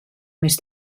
més